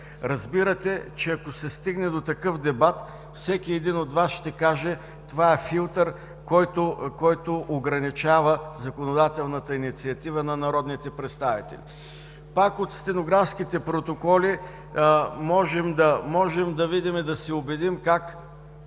Разбирате, че ако се стигне до такъв дебат, всеки от Вас ще каже, че това е филтър, който ограничава законодателната инициатива на народните представители. Пак от стенографските протоколи можем да видим и да се убедим как